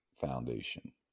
Foundation